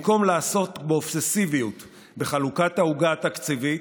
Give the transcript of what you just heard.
במקום לעסוק באובססיביות בחלוקת העוגה התקציבית,